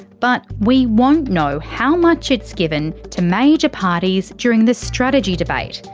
but we won't know how much it's given to major parties during the strategy debate.